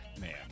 Man